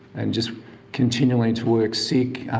and just continuing to work sick,